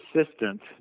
assistant